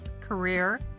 career